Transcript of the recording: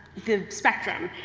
the spectrum,